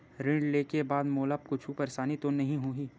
ऋण लेके बाद मोला कुछु परेशानी तो नहीं होही?